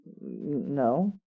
no